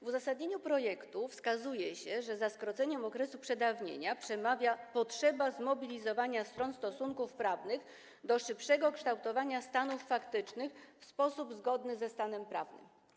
W uzasadnieniu projektu wskazuje się, że za skróceniem okresu przedawnienia przemawia potrzeba zmobilizowania stron stosunków prawnych do szybszego kształtowania stanów faktycznych w sposób zgodny ze stanem prawnym.